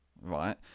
Right